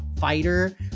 fighter